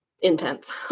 intense